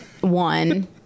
one